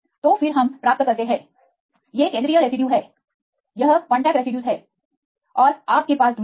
तो फिर हम प्राप्त करते हैं ये केंद्रीय रेसिड्यू हैं यह कांटेक्ट रेसिड्यूज है और आपके पास दूरी है